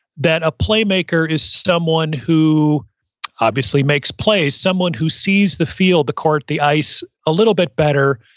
that a playmaker is someone who obviously makes plays, someone who sees the field, the court, the ice, a little bit better,